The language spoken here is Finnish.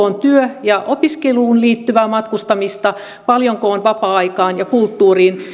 on työhön ja opiskeluun liittyvää matkustamista paljonko on vapaa aikaan ja kulttuuriin